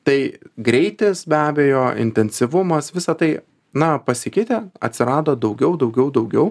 tai greitis be abejo intensyvumas visa tai na pasikeitė atsirado daugiau daugiau daugiau